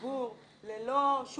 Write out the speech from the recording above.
ללא נציגי ציבור,